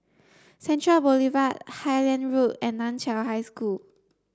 Central Boulevard Highland Road and Nan Chiau High School